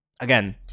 again